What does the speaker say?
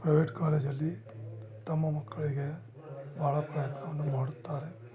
private ಕಾಲೇಜಲ್ಲಿ ತಮ್ಮ ಮಕ್ಕಳಿಗೆ ಭಾಳ ಪ್ರಯತ್ನವನ್ನು ಮಾಡುತ್ತಾರೆ